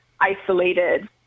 isolated